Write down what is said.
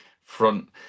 front